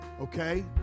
okay